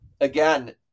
Again